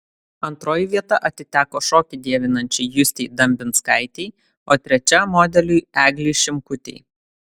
antroji vieta atiteko šokį dievinančiai justei dambinskaitei o trečia modeliui eglei šimkutei